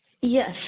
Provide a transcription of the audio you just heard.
Yes